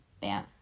bam